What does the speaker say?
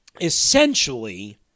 essentially